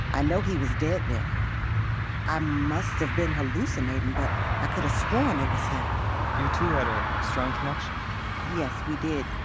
i know he was dead then i must have been hallucinating, but i could have sworn it was him you two had a strong connection yes, we did.